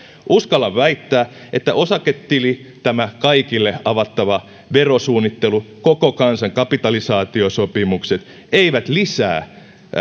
uskallan väittää että osaketili tämä kaikille avattava verosuunnittelu koko kansan kapitalisaatiosopimukset ei lisää